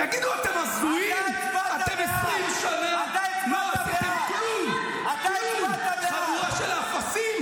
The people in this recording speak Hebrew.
אתם מחסלים את החמאס,